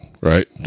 right